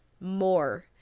more